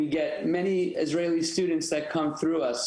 אגודת הבוגרים של התוכנית האמריקאית באוניברסיטת תל אביב.